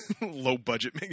low-budget